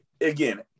Again